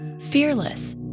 fearless